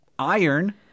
iron